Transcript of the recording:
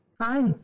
Hi